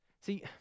See